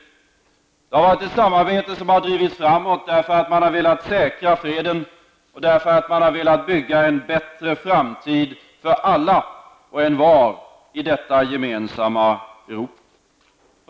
Det har varit ett samarbete som har drivits framåt därför att man har velat säkra freden och bygga en bättre framtid för alla och envar i detta gemensamma Europa.